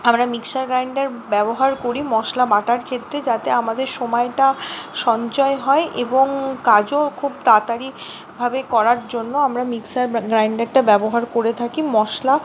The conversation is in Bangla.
আমরা মিক্সার গ্রাইন্ডার ব্যবহার করি মশলা বাটার ক্ষেত্রে যাতে আমাদের সময়টা সঞ্চয় হয় এবং কাজও খুব তাড়াতাড়ি ভাবে করার জন্য আমরা মিক্সার গ্রাইন্ডারটা ব্যবহার করে থাকি মশলা